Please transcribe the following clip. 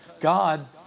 God